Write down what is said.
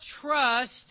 trust